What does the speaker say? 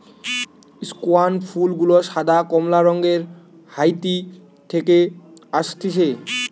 স্কেয়ান ফুল গুলা সাদা, কমলা রঙের হাইতি থেকে অসতিছে